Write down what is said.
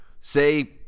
say